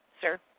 sir